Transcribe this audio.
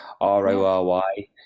r-o-r-y